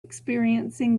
experiencing